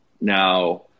now